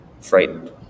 frightened